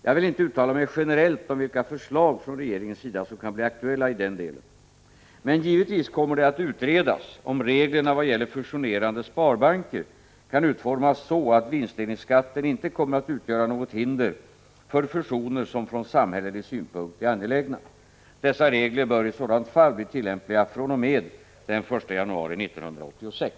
Jag vill inte uttala mig generellt om vilka förslag från regeringens sida som kan bli aktuella i den delen. Men givetvis kommer det att utredas om reglerna vad gäller fusionerande sparbanker kan utformas så att vinstdelningsskatten inte kommer att utgöra något hinder för fusioner som från samhällelig synpunkt är angelägna. Dessa regler bör i sådant fall bli tillämpliga fr.o.m. den 1 januari 1986.